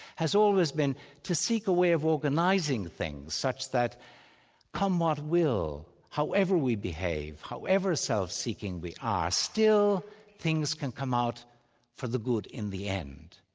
has always been to seek a way of organising things, such that come what will, however we behave, however self-seeking we are, still things can come out for the good in the end.